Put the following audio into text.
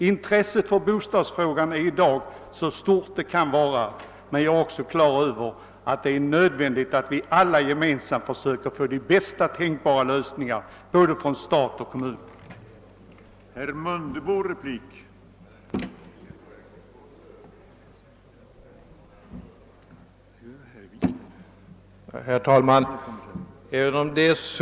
Intresset för bostadsfrågan är i dag så stort det kan vara, men det är ändå nödvändigt att vi alla gemensamt försöker få till stånd bästa tänkbara lösningar från såväl statens som kommunernas sida.